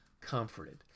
comforted